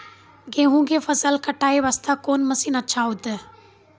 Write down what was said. गेहूँ के फसल कटाई वास्ते कोंन मसीन अच्छा होइतै?